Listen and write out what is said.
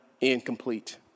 incomplete